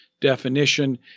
definition